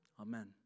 Amen